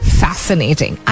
fascinating